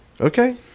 Okay